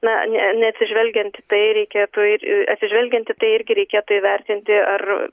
na ne neatsižvelgiant į tai reikėtų ir atsižvelgiant į tai irgi reikėtų įvertinti ar